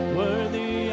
worthy